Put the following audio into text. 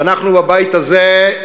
ואנחנו בבית הזה,